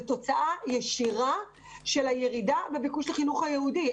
תוצאה ישירה של הירידה בביקוש לחינוך היהודי.